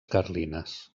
carlines